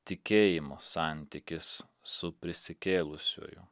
tikėjimo santykis su prisikėlusiuoju